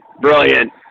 brilliant